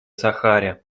сахаре